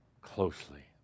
closely